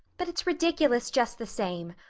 but it's ridiculous just the same.